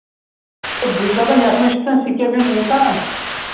تہٕ بہٕ چھُس دَپان یَتھ مہ چھُ کانٛہہ سِکیب ہُںٛد اِمکان